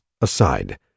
aside